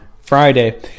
Friday